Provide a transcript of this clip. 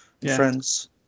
friends